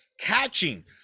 catching